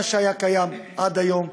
מה שהיה קיים עד היום,